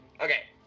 Okay